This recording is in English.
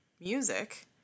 music